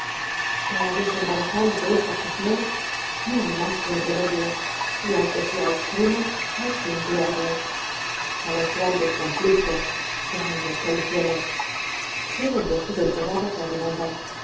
iara desembarazaros de esta obsesión no hay más que un medio y aunque sea extremo bay que emplearle á los grandes conflictos grandes soluciones sé dónde ha sido enterrada